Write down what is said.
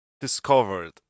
discovered